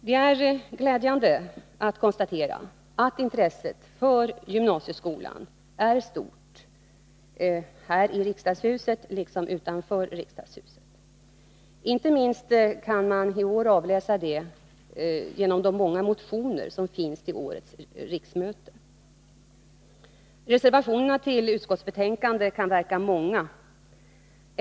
Det är glädjande att kunna konstatera att intresset för gymnasieskolan är stort både här i riksdagshuset och utanför. Inte minst kan man i år avläsa det genom de många motioner som lämnats till årets riksmöte. Reservationerna till utskottsbetänkandet kan verka många.